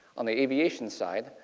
on the aviation side,